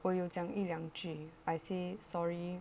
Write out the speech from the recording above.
我有讲一两句 I say sorry